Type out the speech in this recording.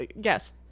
guess